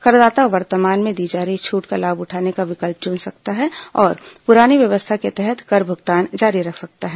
करदाता वर्तमान में दी जा रही छूट का लाभ उठाने का विकल्प चुन सकता है और पुरानी व्यवस्था के तहत कर भुगतान जारी रख सकता है